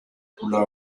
couleur